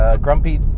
grumpy